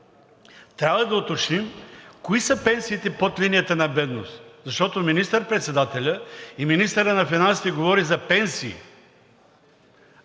трябва да уточним кои са пенсиите под линията на бедност, защото министър-председателят и министърът на финансите говорят за пенсии,